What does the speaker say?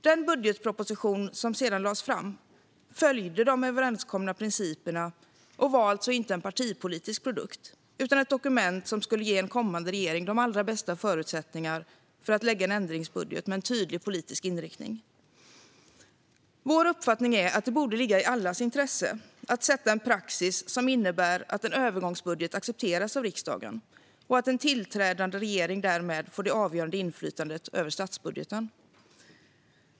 Den budgetproposition som sedan lades fram följde de överenskomna principerna och var alltså inte en partipolitisk produkt utan ett dokument som skulle ge en kommande regering de allra bästa förutsättningarna för att lägga fram en ändringsbudget med en tydlig politisk inriktning. Vår uppfattning är att det borde ligga i allas intresse att sätta en praxis som innebär att en övergångsbudget accepteras av riksdagen och att en tillträdande regering därmed får det avgörande inflytandet över statsbudgeten.